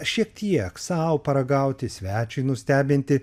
šiek tiek sau paragauti svečiui nustebinti